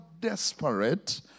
desperate